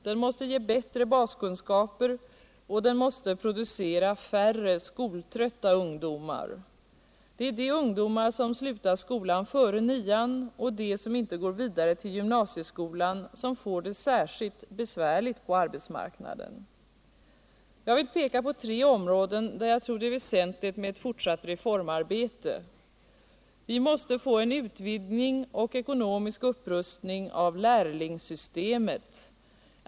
Den måste ge bättre baskunskaper, och den måste producera färre skoltrötta ungdomar. Det är de ungdomar som slutar skolan före nian och de som inte går vidare till gymnasieskolan som får det särskilt besvärligt på arbetsmarknaden. Jag vill peka på tre områden där jag tror att det är väsentligt med ett fortsatt reformarbete: 1. Vi måste få en utvidgning och ekonomisk upprustning av lärlingssyswemet.